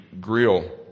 Grill